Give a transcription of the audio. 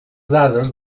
dades